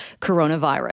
coronavirus